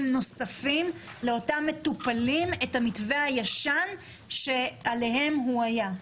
נוספים לאותם מטופלים את המתווה הישן שעליהם הוא היה.